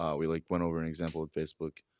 um we like went over an example of facebook,